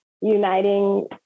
uniting